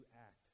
act